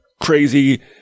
crazy